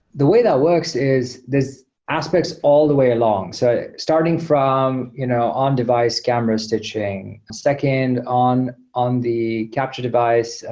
the way that works is there's aspects all the way alongside. starting from you know on device camera stitching. second, on on the capture devise,